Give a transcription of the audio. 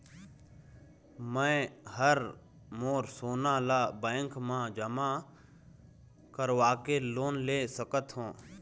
मैं हर मोर सोना ला बैंक म जमा करवाके लोन ले सकत हो?